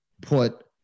put